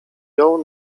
jął